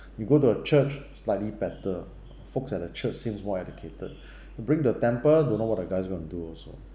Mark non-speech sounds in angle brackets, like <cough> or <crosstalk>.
<breath> you go to a church slightly better folks at the church seems more educated <breath> you bring to the temple don't know what the guys going to do also